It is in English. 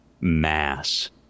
mass